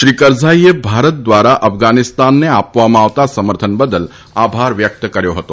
શ્રી કરઝાઇએ ભારત દ્વારા અફધાનીસ્તાનને આપવામાં આવતા સમર્થન બદલ આભાર વ્યક્ત કર્યો હતો